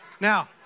Now